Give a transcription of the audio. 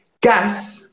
gas